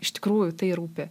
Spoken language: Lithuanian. iš tikrųjų tai rūpi